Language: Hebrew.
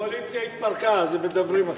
הקואליציה התפרקה, אז הם מדברים עכשיו.